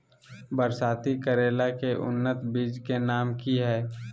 बरसाती करेला के उन्नत बिज के नाम की हैय?